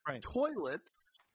toilets